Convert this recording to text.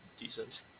decent